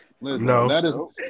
No